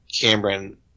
Cameron